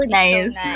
nice